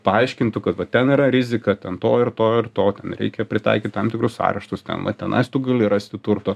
paaiškintų kad va ten yra rizika ten to ir to ir to ten reikia pritaikyt tam tikrus areštus ten va tenais tu gali rasti turto